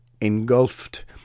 engulfed